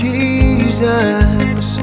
Jesus